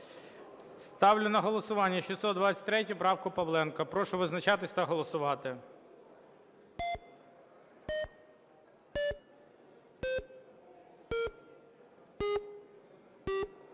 Ставлю на голосування 623 правку Павленка. Прошу визначатись та голосувати.